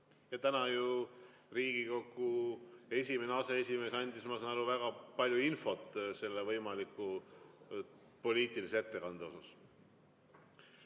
Ja täna ju Riigikogu esimene aseesimees andis, ma saan aru, väga palju infot selle võimaliku poliitilise ettekande